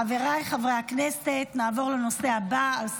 חבריי חברי הכנסת, נעבור לנושא הבא על סדר-היום,